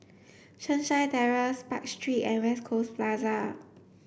sunshine Terrace Park Street and West Coast Plaza